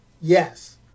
Yes